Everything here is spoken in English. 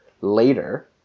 later